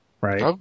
right